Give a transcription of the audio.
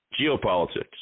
geopolitics